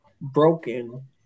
broken